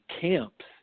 camps